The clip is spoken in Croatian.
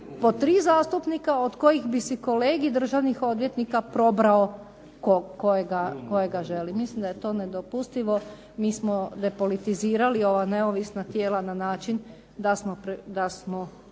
po tri zastupnika od kojih bi si Kolegij državnih odvjetnika probrao kojega želi. Mislim da je to nedopustivo. Mi smo depolitizirali ova neovisna tijela na način da smo